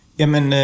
jamen